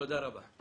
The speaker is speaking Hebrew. תודה רבה.